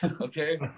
Okay